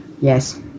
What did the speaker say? Yes